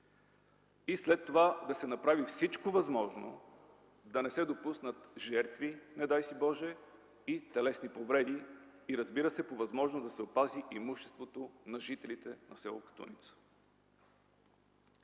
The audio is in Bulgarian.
и след това да се направи всичко възможно да не се допуснат жертви, не дай си Боже, и телесни повреди, и, разбира се, по възможност да се опази имуществото на жителите на с. Катуница.